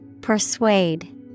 Persuade